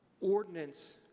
ordinance